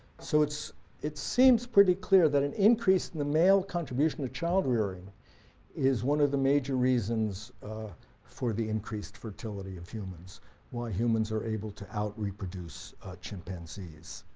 so it seems pretty clear that an increase in the male contribution to child rearing is one of the major reasons for the increased fertility of humans why humans are able to out reproduce chimpanzees.